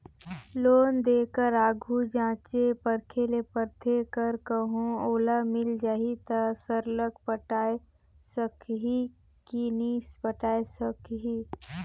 loan देय कर आघु जांचे परखे ले परथे कर कहों ओला मिल जाही ता सरलग पटाए सकही कि नी पटाए सकही